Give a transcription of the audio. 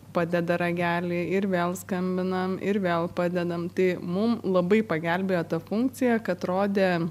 padeda ragelį ir vėl skambinam ir vėl padedam tai mum labai pagelbėjo ta funkcija kad rodė